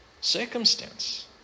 circumstance